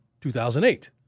2008